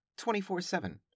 24-7